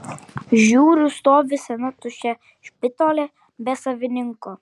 žiūriu stovi sena tuščia špitolė be savininko